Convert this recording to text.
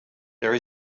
there